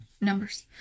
Numbers